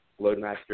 Loadmaster